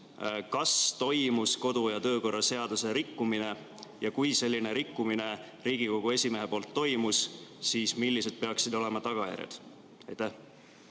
Kas toimus kodu- ja töökorra seaduse rikkumine, ja kui selline rikkumine Riigikogu esimehe poolt toimus, siis millised peaksid olema tagajärjed? Aitäh,